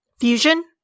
Fusion